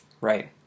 Right